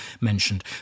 mentioned